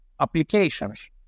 applications